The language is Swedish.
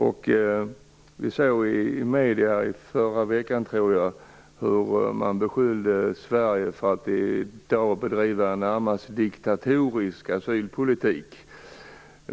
Jag tror att det var i förra veckan som man kunde se hur man i medierna beskyllde Sverige för att i dag bedriva en närmast diktatorisk asylpolitik.